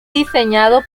diseñado